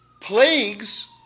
plagues